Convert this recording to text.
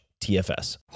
TFS